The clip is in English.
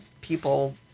people